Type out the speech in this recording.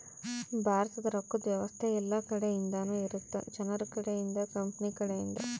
ಭಾರತದ ರೊಕ್ಕದ್ ವ್ಯವಸ್ತೆ ಯೆಲ್ಲ ಕಡೆ ಇಂದನು ಇರುತ್ತ ಜನರ ಕಡೆ ಇಂದ ಕಂಪನಿ ಕಡೆ ಇಂದ